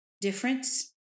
difference